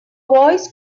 voice